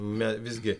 me visgi